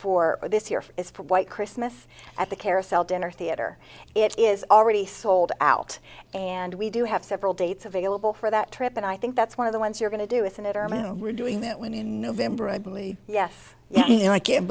for this year is for white christmas at the carousel dinner theater it is already sold out and we do have several dates available for that trip and i think that's one of the ones you're going to do with an interim and redoing it when in november i believe yes you know i can't